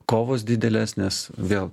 kovos didelės nes vėl